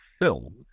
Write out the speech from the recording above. film